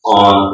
on